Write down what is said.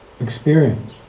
experience